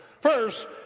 First